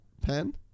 pen